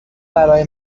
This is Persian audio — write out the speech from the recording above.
برای